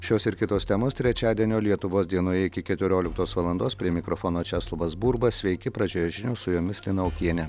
šios ir kitos temos trečiadienio lietuvos dienoje iki keturioliktos valandos prie mikrofono česlovas burba sveiki pradžioje žinios su jomis lina okienė